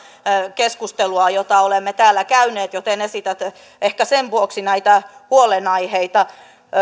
keskustelua jota olemme täällä käyneet joten esität ehkä sen vuoksi näitä huolenaiheita